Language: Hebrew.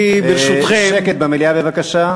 אני, ברשותכם, שקט במליאה, בבקשה.